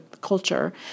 culture